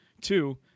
Two